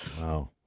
wow